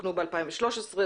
תוקנו ב-2013,